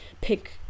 pick